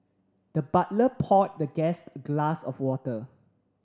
the butler poured the guest a glass of water